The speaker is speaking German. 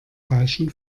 falschen